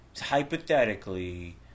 hypothetically